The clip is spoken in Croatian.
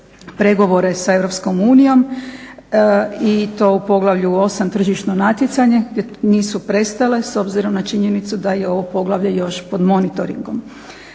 pregovore sa EU i to u Poglavlju 8. – Tržišno natjecanje, nisu prestale s obzirom na činjenicu da je ovo poglavlje još pod monitoringom.